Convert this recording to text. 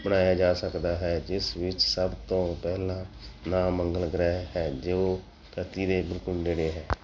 ਬਣਾਇਆ ਜਾ ਸਕਦਾ ਹੈ ਜਿਸ ਵਿੱਚ ਸਭ ਤੋਂ ਪਹਿਲਾਂ ਨਾਂ ਮੰਗਲ ਗ੍ਰਹਿ ਹੈ ਜੋ ਧਰਤੀ ਦੇ ਬਿਲਕੁਲ ਨੇੜੇ ਹੈ